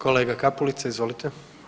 Kolega Kapulica, izvolite.